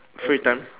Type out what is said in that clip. free time